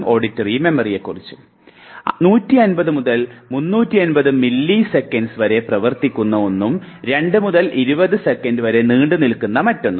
150 മുതൽ 350 മില്ലിസെക്കൻഡ് വരെ പ്രവർത്തിക്കുന്ന ഒന്നും 2 മുതൽ 20 സെക്കൻഡ് വരെ നീണ്ടുനിൽക്കുന്ന മറ്റൊന്നും